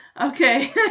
Okay